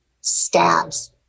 stabs